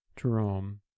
Jerome